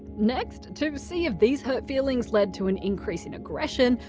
next, to see if these hurt feelings led to an increase in aggression,